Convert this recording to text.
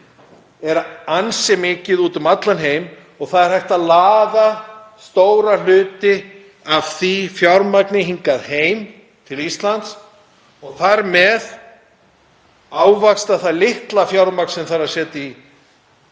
er ansi mikið úti um allan heim og það er hægt að laða stóran hluta af því fjármagni til Íslands og þar með ávaxta það litla fjármagn sem þarf til að setja í